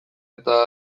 eta